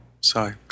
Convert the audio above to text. Sorry